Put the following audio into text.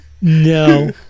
No